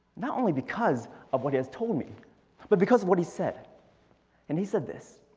not only because of what he has told me but because of what he said and he said this.